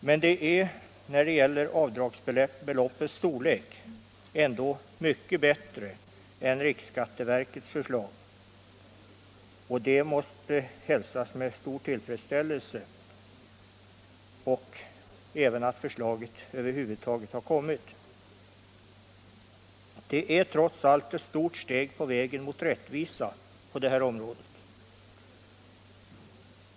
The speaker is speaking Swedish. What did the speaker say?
Men det är när det gäller avdragsbeloppets storlek ändå mycket bättre än riksskatteverkets förslag, och detta måste hälsas med stor tillfredsställelse, liksom att förslaget över huvud taget har kommit. Det är trots allt ett stort steg på vägen mot rättvisa på det här området.